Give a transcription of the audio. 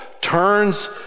turns